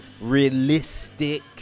realistic